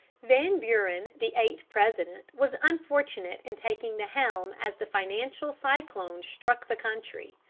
van buren, the eighth president, was unfortunate in taking the helm as the financial cyclone struck the country.